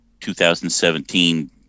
2017